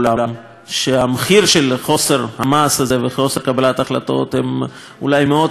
והמחיר של חוסר המעש הזה וחוסר קבלת ההחלטות הוא אולי מאות-אלפי הרוגים,